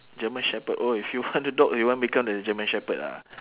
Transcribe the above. german shepherd oh if you want the dog you want become the german shepherd ah